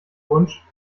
wunsch